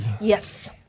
Yes